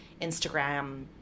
Instagram